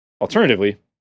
alternatively